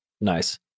Nice